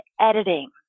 editing